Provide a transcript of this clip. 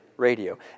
radio